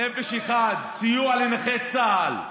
נפש אחת, סיוע לנכי צה"ל.